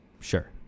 Sure